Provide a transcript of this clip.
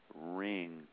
ring